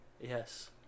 Yes